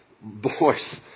boys